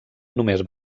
només